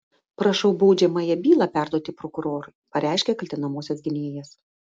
prašau baudžiamąją bylą perduoti prokurorui pareiškė kaltinamosios gynėjas